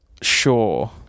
Sure